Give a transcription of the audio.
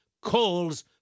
calls